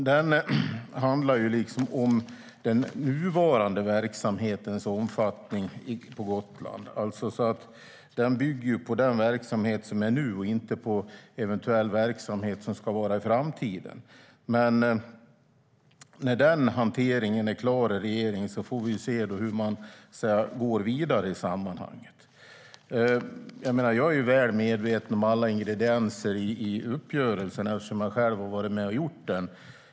Det handlar ju om den nuvarande verksamhetens omfattning på Gotland och inte eventuell framtida verksamhet. När den hanteringen är klar i regeringen får vi se hur vi går vidare. Jag är väl medveten om alla ingredienser i uppgörelsen eftersom jag själv har varit med och gjort den.